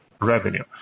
revenue